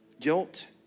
guilt